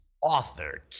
author